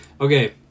Okay